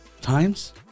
times